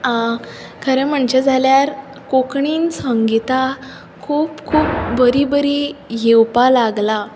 आ खरें म्हणचें जाल्यार कोंकणींत संगिता खूब खूब बरीं बरीं येवपा लागलां